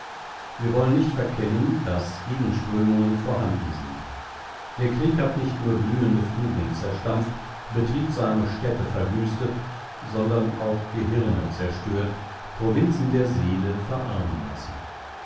wir wollen nicht verkennen daß gegenströmungen vorhanden sind der krieg hat nicht nur blühende fluren zerstampft betriebsame städte verwüstet sondern auch gehirne zerstört provinzen der seele verarmen lassen